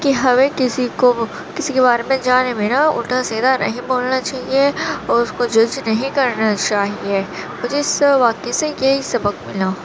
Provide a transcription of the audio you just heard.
کہ ہمیں کسی کو کسی کے بارے میں جانے بنا الٹا سیدھا نہیں بولنا چاہیے اور اس کو جج نہیں کرنا چاہیے مجھے اس واقعے سے یہی سبق ملا